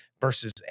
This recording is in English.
versus